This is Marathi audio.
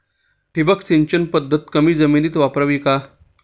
ठिबक सिंचन पद्धत कमी जमिनीत वापरावी का?